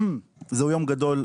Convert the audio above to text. זהו יום גדול,